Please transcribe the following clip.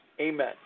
Amen